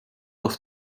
das